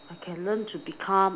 I can learn to become